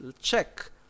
Check